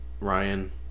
Ryan